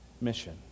mission